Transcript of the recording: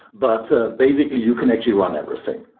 but basically you can actually run everything.